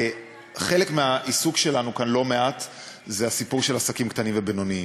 חלק מהעיסוק שלנו כאן לא מעט זה הסיפור של עסקים קטנים ובינוניים.